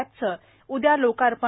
एपचं उद्या लोकार्पण